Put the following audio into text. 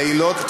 לילות כימים.